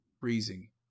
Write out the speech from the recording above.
freezing